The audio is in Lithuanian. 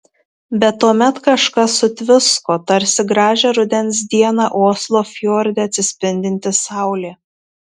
bet tuomet kažkas sutvisko tarsi gražią rudens dieną oslo fjorde atsispindinti saulė